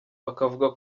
bakavuga